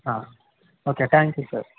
ಹಾಂ okay thank you sir